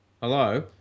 hello